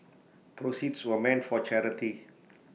proceeds were meant for charity